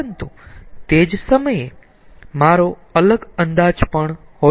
પરંતુ તે જ સમયે મારો અલગ અંદાજ પણ હોઈ શકે છે